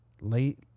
late